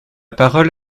parole